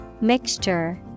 Mixture